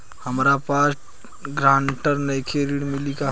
हमरा पास ग्रांटर नईखे ऋण मिली का?